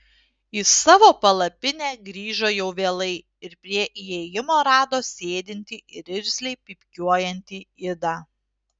į savo palapinę grįžo jau vėlai ir prie įėjimo rado sėdintį ir irzliai pypkiuojantį idą